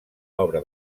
obra